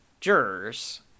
jurors